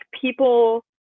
people